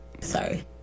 Sorry